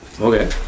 Okay